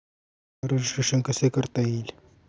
Online registration कसे करता येईल?